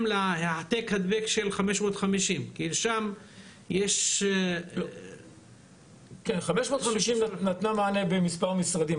להעתק הדבק של 550. 550 נתנה מענה במספר משרדים,